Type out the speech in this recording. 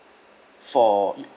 for